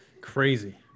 crazy